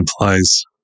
implies